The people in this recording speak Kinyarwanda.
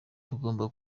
tugomba